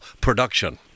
production